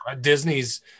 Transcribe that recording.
Disney's